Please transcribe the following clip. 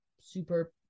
super